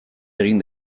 egin